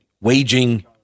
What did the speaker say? waging